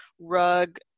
rug